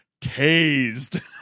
tased